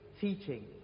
teaching